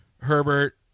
Herbert